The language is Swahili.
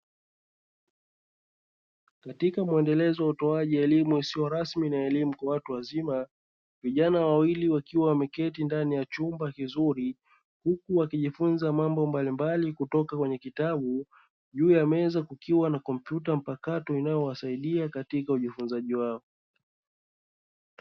Katika muendelezo wa utolewaji wa elimu isiyo rasmi ya watu wazima. Vijana wawili wameketi ndani ya chumba kizuri. Huku wakijifunza mambo mbalimbali kutoka kwenye kitabu. Juu ya meza kukiwa na kitabu na kompyuta mpakato inayowasaidia katika ujifunzaji wao.